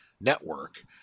network